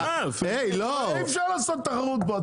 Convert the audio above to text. אי אפשר לעשות תחרות פה,